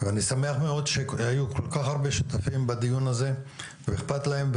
אני שמחה מאוד שהיו כל כך הרבה שותפים בדיון הזה ואכפת להם.